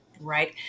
right